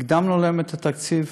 הקדמנו להם את התקציב